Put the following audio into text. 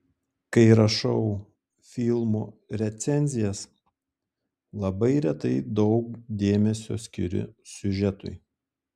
kai rašau filmų recenzijas labai retai daug dėmesio skiriu siužetui